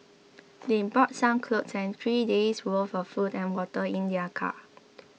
they brought some clothes and three days' worth of food and water in their car